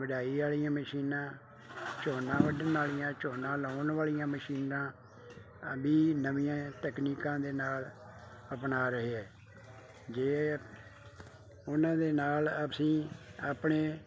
ਵਢਾਈ ਵਾਲੀਆਂ ਮਸ਼ੀਨਾਂ ਝੋਨਾ ਵੱਢਣ ਵਾਲੀਆਂ ਝੋਨਾ ਲਾਉਣ ਵਾਲੀਆਂ ਮਸ਼ੀਨਾਂ ਵੀ ਨਵੀਆਂ ਤਕਨੀਕਾਂ ਦੇ ਨਾਲ ਅਪਣਾ ਰਹੇ ਹੈ ਜੇ ਉਹਨਾਂ ਦੇ ਨਾਲ ਅਸੀਂ ਆਪਣੇ